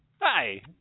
Hi